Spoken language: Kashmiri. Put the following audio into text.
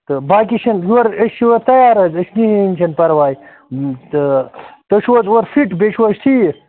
تہٕ باقی چھِنہٕ یورٕ أسۍ چھِ یورٕ تیار حظ أسۍ کِہیٖنۍ چھِنہٕ پَرواے تہٕ تُہۍ چھُو حظ اورٕ فِٹ بیٚیہِ چھُو حظ ٹھیٖک